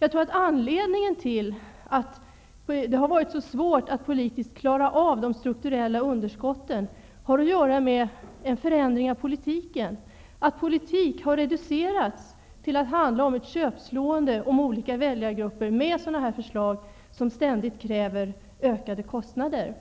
Jag tror att anledningen till att det har varit så svårt att politiskt klara av de strukturella underskotten har att göra med en förändring av politiken. Politik har reducerats till att handla om ett köpslående om olika väljargrupper med förslag som ständigt kräver ökade kostnader.